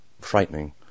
frightening